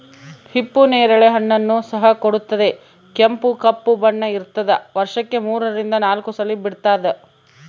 ಹಿಪ್ಪು ನೇರಳೆ ಹಣ್ಣನ್ನು ಸಹ ಕೊಡುತ್ತದೆ ಕೆಂಪು ಕಪ್ಪು ಬಣ್ಣ ಇರ್ತಾದ ವರ್ಷಕ್ಕೆ ಮೂರರಿಂದ ನಾಲ್ಕು ಸಲ ಬಿಡ್ತಾದ